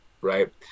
right